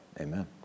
Amen